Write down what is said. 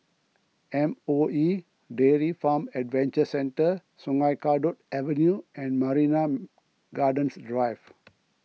M O E Dairy Farm Adventure Centre Sungei Kadut Avenue and Marina Gardens Drive